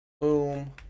Boom